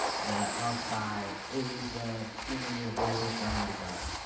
the outside it is the scenery of where we're surrounded by.